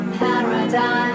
paradise